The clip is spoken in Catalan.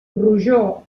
rojor